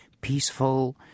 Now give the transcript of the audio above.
peaceful